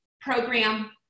program